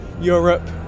Europe